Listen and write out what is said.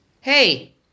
Hey